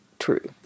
true